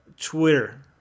Twitter